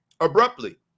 abruptly